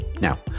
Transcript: Now